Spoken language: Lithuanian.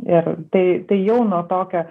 ir tai tai jau nuo tokio